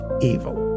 evil